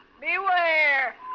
Beware